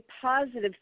positive